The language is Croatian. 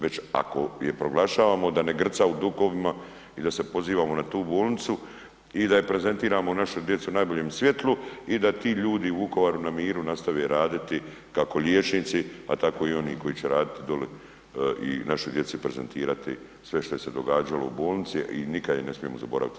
Već ako je proglašavamo da ne grca u dugovima i da se pozivamo na tu bolnicu i da je prezentiramo ... u najboljem svjetlu i da ti ljudi u Vukovaru na miru nastave raditi kako liječnici a tako i oni koji će raditi dolje i našoj djeci prezentirati sve što se događalo u bolnici i nikad je ne smijemo zaboraviti.